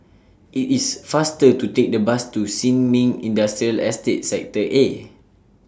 IT IS faster to Take The Bus to Sin Ming Industrial Estate Sector A